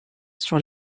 sur